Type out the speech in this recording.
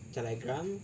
Telegram